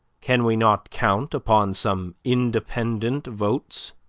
can we not count upon some independent votes?